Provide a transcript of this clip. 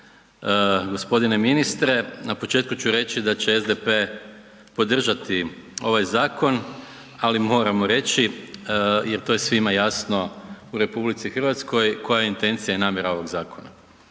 g. ministre. Na početku ću reći da će SDP podržati ovaj zakon, ali moramo reći jer to je svima jasno u RH koja je intencija i namjera ovog zakona.